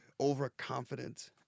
Overconfident